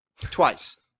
twice